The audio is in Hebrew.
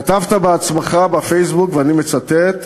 כתבת בעצמך בפייסבוק, ואני מצטט: